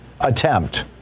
attempt